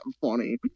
funny